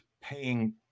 paying